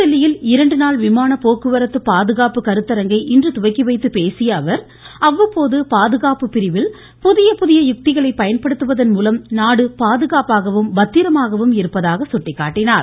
புதுதில்லியில் இரண்டு நாள் விமானபோக்குவரத்து பாதுகாப்பு கருத்தரங்கை இன்று துவக்கிவைத்து பேசிய அவர் அவ்வப்போது பாதுகாப்பு பிரிவில் புதிய புதிய யுக்திகளை பயன்படுத்துவதன் மூலம் நாடு பாதுகாப்பாகவும் பத்திரமாகவும் இருப்பதாக சுட்டிக்காட்டினார்